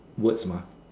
words mah